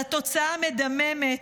על התוצאה המדממת,